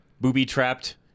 booby-trapped